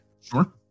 sure